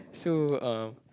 so um